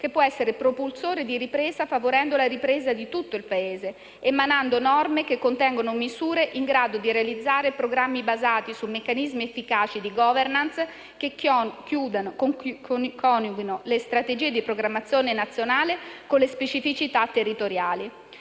che può essere propulsore di crescita, favorendo la ripresa di tutto il Paese, attraverso l'emanazione di norme in grado di realizzare programmi basati su meccanismi efficaci di *governance* che coniughino le strategie di programmazione nazionale con le specificità territoriali.